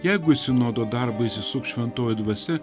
jeigu į sinodo darbą įsisuks šventoji dvasia